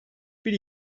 bir